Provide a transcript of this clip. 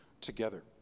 together